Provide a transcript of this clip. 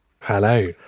Hello